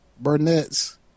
Burnett's